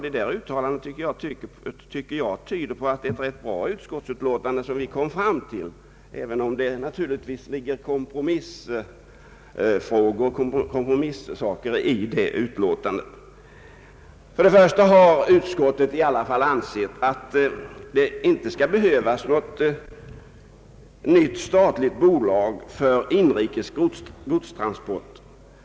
Dessa uttalanden tyder enligt min mening på att det är ett ganska bra utskottsutlåtande som vi behandlar, även om det naturligtvis är resultat av kompromisser. Först har utskottet ansett att det inte behövs något nytt statligt bolag för inrikes godstransporter.